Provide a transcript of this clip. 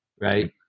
right